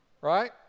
Right